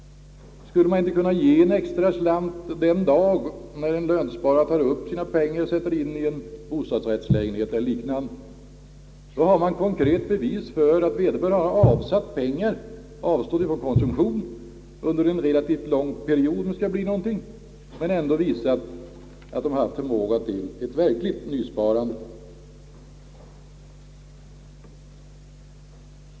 Skulle man inte kunna ge en extra slant när en lönsparare tar ut sina pengar och sätter in dem i en bostadsrättslägenhet eller liknande? Då har man ett konkret bevis för att vederbörande har avsatt pengar och avstått från konsumtion under en relativt lång period — en sådan tid behövs om det skall bli någonting — och visat att han har haft förmåga att åstadkomma ett verkligt nysparande.